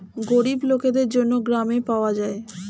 গরিব লোকদের জন্য গ্রামে পাওয়া যায়